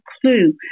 clue